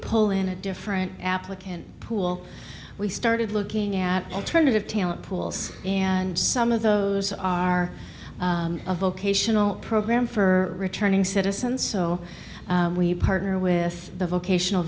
pull in a different applicant pool we started looking at alternative talent pools and some of those are a vocational program for returning citizens so we partner with the vocational